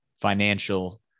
financial